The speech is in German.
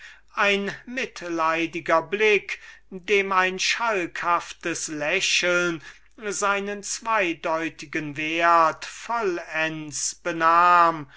ein mitleidiger blick dem ein schalkhaftes lächeln seinen zweideutigen wert vollends benahm